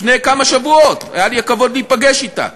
לפני כמה שבועות, היה לי הכבוד להיפגש אתה,